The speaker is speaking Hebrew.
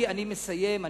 אני מסיים.